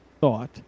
thought